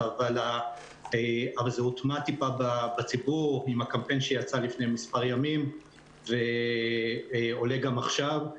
אבל זה הוטמע בציבור עם הקמפיין שיצא לפני מספר ימים ועולה גם עכשיו.